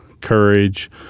courage